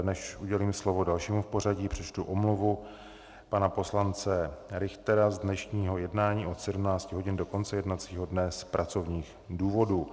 Než udělím slovo dalšímu v pořadí, přečtu omluvu pana poslance Richtera z dnešního jednání od 17 hodin do konce jednacího dne z pracovních důvodů.